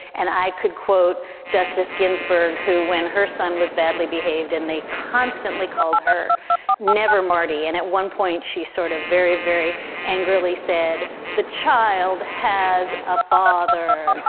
and i could quote justice ginsburg, who when her son was badly behaved and they constantly called her never maadi. and at one point she sort of very, very angrily said the child has a father.